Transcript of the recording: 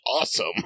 awesome